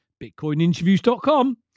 BitcoinInterviews.com